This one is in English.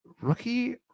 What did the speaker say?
rookie